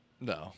No